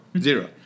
Zero